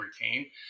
retain